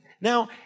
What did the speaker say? Now